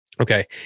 Okay